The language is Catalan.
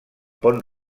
pont